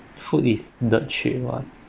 food is dirt cheap [what]